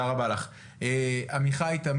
קודם כל תודה על הרשות